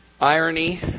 irony